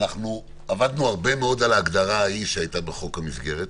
אנחנו עבדנו הרבה מאוד על ההגדרה ההיא שהייתה בחוק המסגרת,